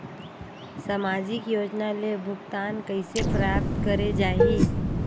समाजिक योजना ले भुगतान कइसे प्राप्त करे जाहि?